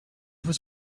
was